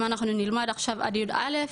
אם אנחנו נלמד עכשיו עד יא',